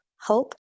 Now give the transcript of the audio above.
hope